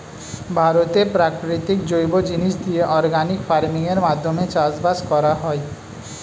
ভারতে প্রাকৃতিক জৈব জিনিস দিয়ে অর্গানিক ফার্মিং এর মাধ্যমে চাষবাস করা হয়